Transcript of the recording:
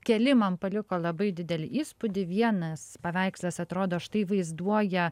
keli man paliko labai didelį įspūdį vienas paveikslas atrodo štai vaizduoja